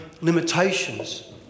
limitations